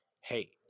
Hey